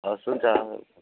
हस् हुन्छ